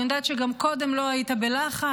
אני יודעת שגם קודם לא היית בלחץ,